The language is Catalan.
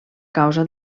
causa